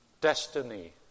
destiny